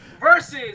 versus